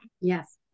Yes